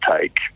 take